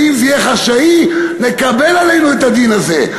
ואם זה יהיה חשאי נקבל עלינו את הדין הזה.